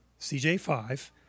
CJ5